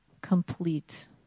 Complete